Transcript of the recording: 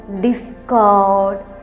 discord